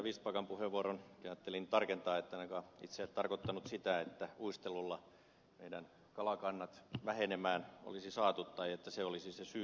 vistbackan puheenvuoroon ajattelin ihan tarkentaa että en ainakaan itse tarkoittanut sitä että uistelulla meidän kalakantamme vähenemään olisi saatu tai että se olisi se syy